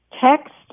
text